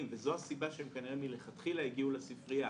וזו הסיבה שהם כנראה מלכתחילה הגיעו לספרייה,